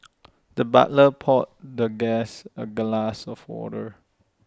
the butler poured the guest A glass of water